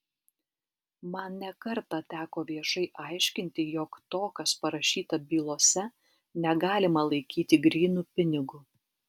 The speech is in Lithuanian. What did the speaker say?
man ne kartą teko viešai aiškinti jog to kas parašyta bylose negalima laikyti grynu pinigu